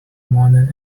morning